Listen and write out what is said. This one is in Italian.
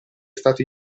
stato